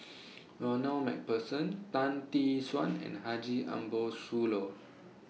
Ronald MacPherson Tan Tee Suan and Haji Ambo Sooloh